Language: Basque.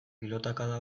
pilotakada